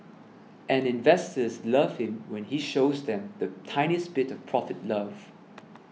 and investors love him when he shows them the tiniest bit of profit love